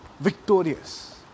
victorious